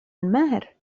ماهر